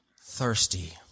thirsty